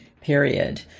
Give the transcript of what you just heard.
period